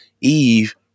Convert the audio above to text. Eve